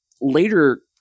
later